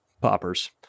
poppers